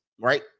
right